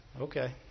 Okay